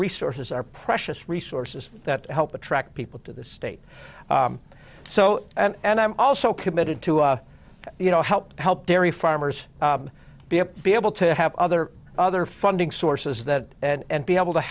resources are precious resources that help attract people to the state so and i'm also committed to you know help help dairy farmers be up be able to have other other funding sources that and be able to